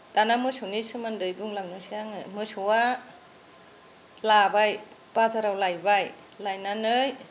दाना मोसौनि सोमोन्दै बुंलांनोसै आङो मोसौआ लाबाय बाजाराव लायबाय लायनानै